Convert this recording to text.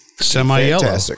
Semi-yellow